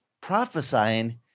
prophesying